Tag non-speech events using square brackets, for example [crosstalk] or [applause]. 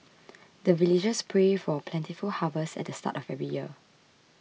[noise] the villagers pray for plentiful harvest at the start of every year